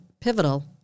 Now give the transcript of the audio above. pivotal